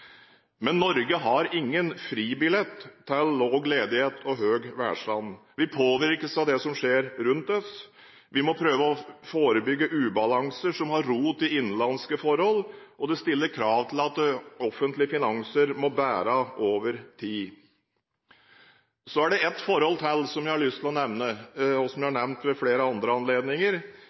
Men Norge har ingen fribillett til lav ledighet og høy velstand. Vi påvirkes av det som skjer rundt oss. Vi må prøve å forebygge ubalanse som har rot i innenlandske forhold, og det stiller krav til at offentlige finanser må bære over tid. Så er det ett forhold til som jeg har lyst til å nevne, og som jeg har nevnt ved flere andre anledninger,